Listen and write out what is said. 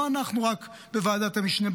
לא רק אנחנו בוועדת המשנה,